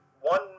one